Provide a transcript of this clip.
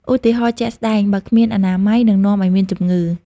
ឧទាហរណ៍ជាក់ស្ដែង៖បើគ្មានអនាម័យ នឹងនាំឱ្យមានជំងឺ។